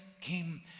came